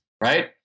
right